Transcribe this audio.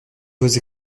vos